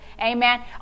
Amen